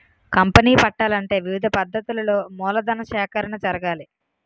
company పెట్టాలంటే వివిధ పద్ధతులలో మూలధన సేకరణ జరగాలి